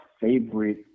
favorite